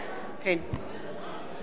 נא להיות בשקט,